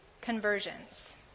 conversions